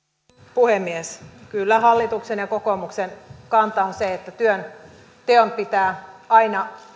puhemies kyllä hallituksen ja kokoomuksen kanta on se että työnteon pitää aina